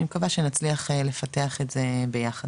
אני מקווה שנצליח לפתח את זה ביחד,